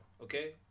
Okay